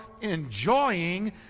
enjoying